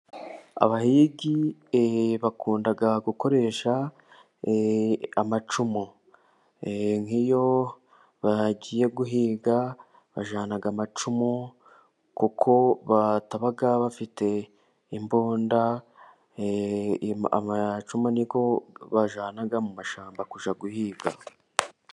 Abahigi e bakunda gukoresha amacumu, nkiyo bagiye guhiga bajyana amacumu, kuko bataba bafite imbunda, amacumu niyo bajyana mu mashyamba, kujya guhiga.